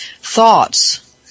Thoughts